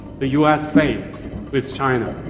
the u s. face with china,